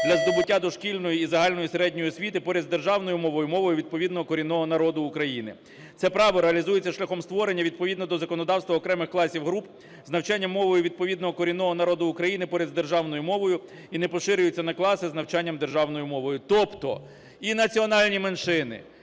для здобуття дошкільної і загальної середньої освіти поряд з державною мовою мовою відповідного корінного народу України. Це право реалізується шляхом створення відповідно до законодавства окремих класів, груп з навчання мовою від повідного корінного народу України поряд з державною мовою і не поширюються на класи з навчанням державною мовою." Тобто і національні меншини,